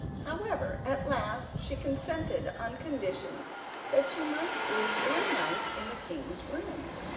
however, at last she consented on condition that she might sleep one night in the king's room.